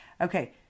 Okay